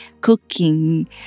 cooking